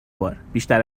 بار، بیشتر